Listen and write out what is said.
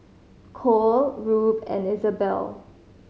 Cole Rube and Izabelle